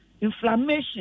inflammation